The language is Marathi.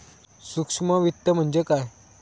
सूक्ष्म वित्त म्हणजे काय?